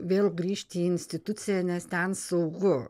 vėl grįžti į instituciją nes ten saugu